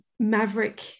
maverick